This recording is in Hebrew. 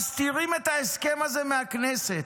מסתירים את ההסכם הזה מהכנסת.